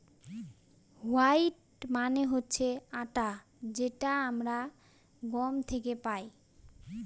wheat মানে হচ্ছে আটা যেটা আমরা গম থেকে পাই